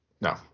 no